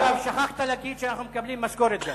אגב, שכחת להגיד שאנחנו מקבלים גם משכורת.